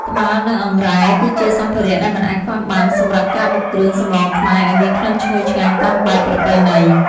ត្បាល់ និងអង្រែ គឺជាសម្ភារៈដែលមិនអាចខ្វះបានសម្រាប់ការបុកគ្រឿងសម្លខ្មែរឱ្យមានក្លិនឈ្ងុយឆ្ងាញ់តាមបែបប្រពៃណី។